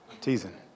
Teasing